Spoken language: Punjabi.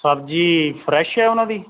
ਸਬਜ਼ੀ ਫ੍ਰੈਸ਼ ਹੈ ਉਹਨਾਂ ਦੀ